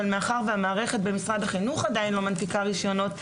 אבל המערכת במשרד החינוך עדיין לא מנפיקה רישיונות,